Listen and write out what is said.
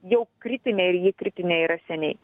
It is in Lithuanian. jau kritinė ir ji kritinė yra seniai